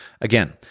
Again